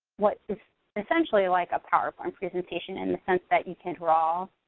what is essentially like a powerpoint presentation in the sense that you can draw